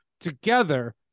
together